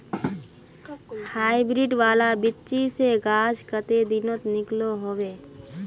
Hybrid वाला बिच्ची से गाछ कते दिनोत निकलो होबे?